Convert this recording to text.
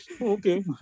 okay